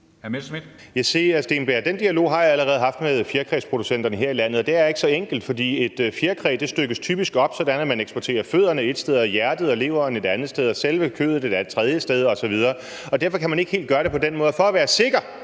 den dialog har jeg allerede haft med fjerkræproducenterne her i landet, og det er ikke så enkelt, for et fjerkræ stykkes typisk op, sådan at man eksporterer fødderne ét sted hen, hjertet og leveren et andet sted hen, selve kødet et tredje sted hen osv. Derfor kan man ikke helt gøre det på den måde, og for at være sikker